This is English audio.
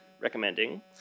recommending